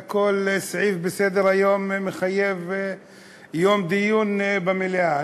כל סעיף בסדר-היום מחייב יום דיון במליאה.